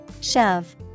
Shove